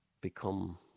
become